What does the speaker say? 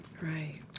Right